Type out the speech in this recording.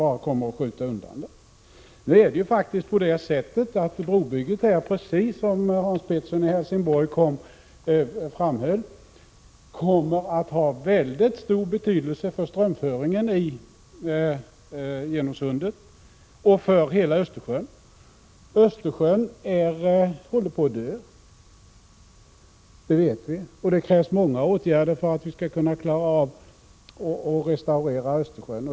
Brobygget kommer faktiskt, precis som Hans Pettersson i Helsingborg framhöll, att ha en mycket stor betydelse för strömföringen genom sundet 37 och för hela Östersjön. Östersjön håller på att dö — det vet vi. Och det krävs många åtgärder för att vi skall klara av att restaurera Östersjön.